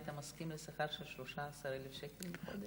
היית מסכים לשכר של 13,000 שקל בחודש?